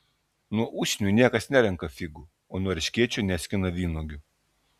nuo usnių niekas nerenka figų o nuo erškėčių neskina vynuogių